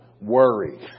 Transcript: worry